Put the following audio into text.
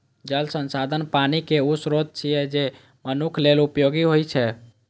जल संसाधन पानिक ऊ स्रोत छियै, जे मनुक्ख लेल उपयोगी होइ